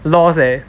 lost eh